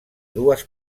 dues